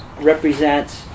represents